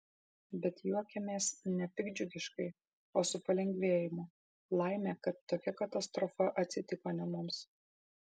bet juokiamės ne piktdžiugiškai o su palengvėjimu laimė kad tokia katastrofa atsitiko ne mums